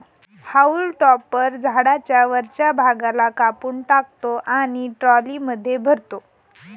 haulm topper झाडाच्या वरच्या भागाला कापून टाकतो आणि ट्रॉलीमध्ये भरतो